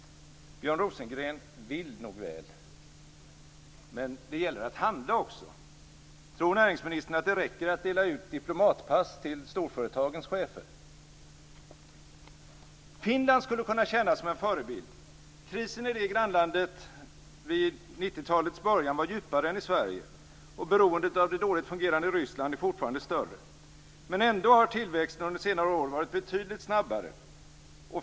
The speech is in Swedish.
Björn Rosengren vill nog väl. Men det gäller att handla också. Tror näringsministern att det räcker att dela ut diplomatpass till storföretagens chefer? Finland skulle kunna tjäna som en förebild. Krisen i det grannlandet vid 90-talets början var djupare än i Sverige, och beroendet av det dåligt fungerande Ryssland är fortfarande större, men ändå har tillväxten under senare år varit betydligt snabbare.